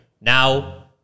Now